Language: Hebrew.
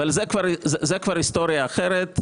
זאת כבר היסטוריה אחרת.